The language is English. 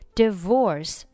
divorce